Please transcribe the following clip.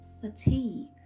Fatigue